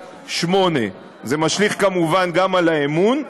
1.8%. זה משליך כמובן גם על האמון,